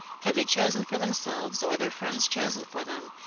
had they chosen for them selves, or their friends chosen for them,